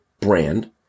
brand